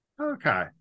Okay